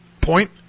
point